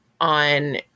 on